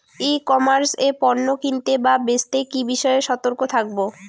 ই commerce এ পণ্য কিনতে বা বেচতে কি বিষয়ে সতর্ক থাকব?